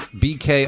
bk